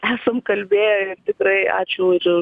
esam kalbėję ir tikrai ačiū už